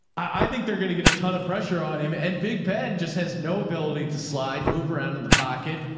i think they're going to get a ton of pressure on him and big ben just has no ability to slide, move around in the pocket.